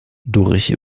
durch